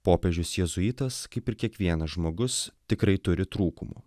popiežius jėzuitas kaip ir kiekvienas žmogus tikrai turi trūkumų